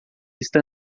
está